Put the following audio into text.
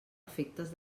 efectes